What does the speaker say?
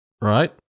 right